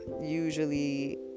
usually